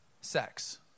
sex